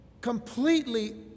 completely